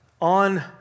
on